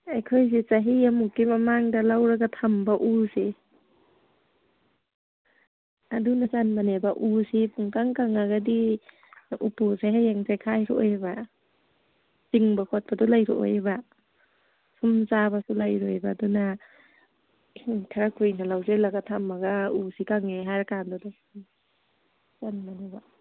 ꯑꯩꯈꯣꯏꯁꯦ ꯆꯍꯤ ꯑꯃꯃꯨꯛꯛꯤ ꯃꯃꯥꯡꯗ ꯂꯧꯔꯒ ꯊꯝꯕ ꯎꯁꯦ ꯑꯗꯨꯅ ꯆꯟꯕꯅꯦꯕ ꯎꯁꯤ ꯄꯨꯡꯀꯪ ꯀꯪꯉꯒꯗꯤ ꯎꯄꯨꯁꯦ ꯍꯌꯦꯡ ꯆꯦꯈꯥꯏꯔꯛꯑꯣꯏꯕ ꯆꯤꯡꯕ ꯈꯣꯠꯄꯗꯣ ꯂꯩꯔꯛꯑꯣꯏꯕ ꯁꯨꯝ ꯆꯥꯕꯁꯨ ꯂꯩꯔꯣꯏꯕ ꯑꯗꯨꯅ ꯈꯔ ꯀꯨꯏꯅ ꯂꯧꯁꯤꯜꯂꯒ ꯊꯝꯃꯒ ꯎꯁꯤ ꯀꯪꯉꯦ ꯍꯥꯏꯔꯀꯥꯟꯗꯨꯗ ꯎꯝ ꯆꯟꯕꯅꯦꯕ